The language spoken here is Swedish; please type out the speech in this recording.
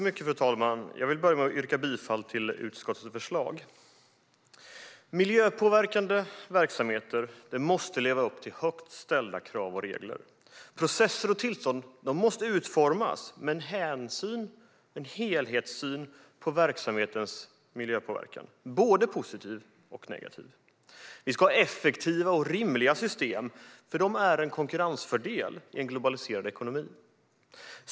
Fru talman! Jag vill börja med att yrka bifall till utskottets förslag. Miljöpåverkande verksamheter måste leva upp till högt ställda krav och regler. Processer och tillstånd måste utformas med en helhetssyn på verksamhetens miljöpåverkan, både positiv och negativ. Vi ska ha effektiva och rimliga system, för det är en konkurrensfördel i en globaliserad ekonomi.